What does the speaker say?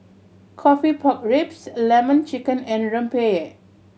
coffee pork ribs Lemon Chicken and rempeyek